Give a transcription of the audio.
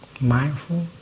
mindful